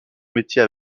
métier